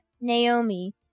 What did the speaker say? Naomi